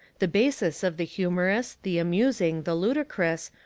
the basis of the humorous, the amusing, the ludicrous,